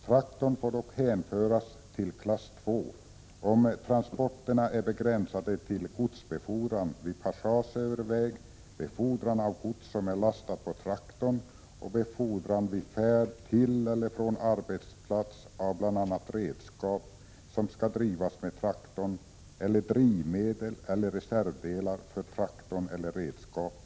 Traktorn får dock hänföras till klass II om transporterna är begränsade till godsbefordran vid passage över väg, befordran av gods som är lastat på traktorn och befordran vid färd till eller från arbetsplats av bl.a. redskap som skall drivas med traktorn, drivmedel eller reservdelar för traktorn eller redskapet.